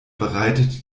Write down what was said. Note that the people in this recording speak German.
bereitet